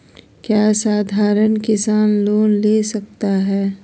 क्या साधरण किसान लोन ले सकता है?